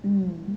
mm